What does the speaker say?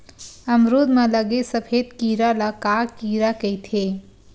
अमरूद म लगे सफेद कीरा ल का कीरा कइथे?